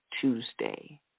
Tuesday